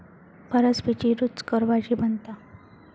फरसबीची रूचकर भाजी बनता